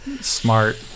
smart